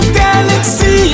galaxy